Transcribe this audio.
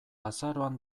azaroan